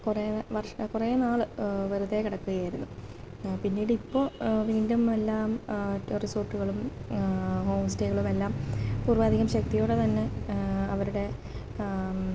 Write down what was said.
കുറേ വർ കുറേ നാള് വെറുതെ കിടക്കുകയായിരുന്നു പിന്നീട് ഇപ്പോള് വീണ്ടും എല്ലാം റിസോർട്ടുകളും ഹോം സ്റ്റേകളും എല്ലാം പൂർവ്വാധികം ശക്തിയോടെ തന്നെ അവരുടെ